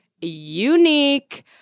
unique